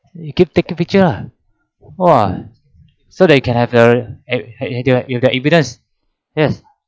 you go take the picture ah !wah! so they can have a a you you've the evidence yes